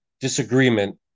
disagreement